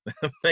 Thank